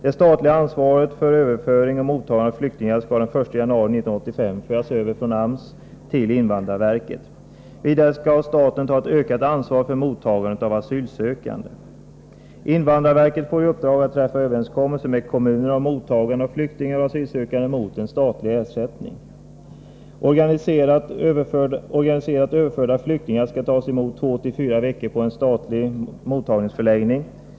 Det statliga ansvaret för överföring och mottagande av flyktingar skall den 1 januari 1985 föras över från AMS till invandrarverket. Vidare skall staten ta ett ökat 137 ansvar för mottagandet av asylsökande. Invandrarverket får i uppdrag att träffa överenskommelser med kommuner om mottagande av flyktingar och asylsökande mot en statlig ersättning. Organiserat överförda flyktingar skall tas emot 2-4 veckor på en statlig mottagningsförläggning.